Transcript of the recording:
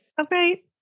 Okay